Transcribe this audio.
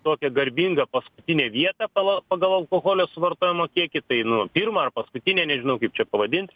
tokią garbingą paskutinę vietą pagal pagal alkoholio suvartojimo kiekį tai nu pirmą ar paskutinė nežinau kaip čia pavadint